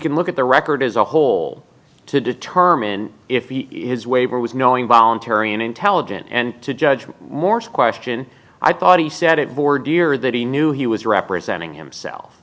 can look at the record as a whole to determine if he is waiver was knowing voluntary and intelligent and to judge whittemore question i thought he said it bored dear that he knew he was representing himself